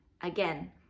again